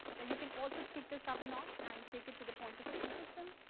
but you can also kick this up a not and take it to the point of sales system.